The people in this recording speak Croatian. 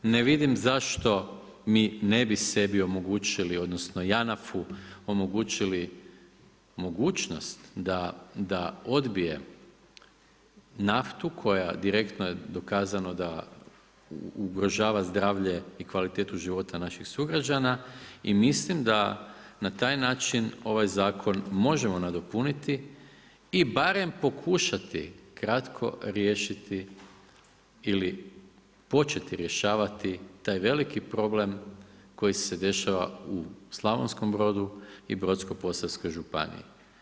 Ne vidim zašto mi ne bi sebi omogućili odnosno JANAF-u omogućili mogućnost da odbije naftu koja direktno je dokazano da ugrožava zdravlje i kvalitetu života naših sugrađana i mislim da na taj način ovaj zakon možemo nadopuniti i barem pokušati kratko riješiti ili početi rješavati taj veliki problem koji se dešava u Slavonskom Brodu i Brodsko-posavskoj županiji.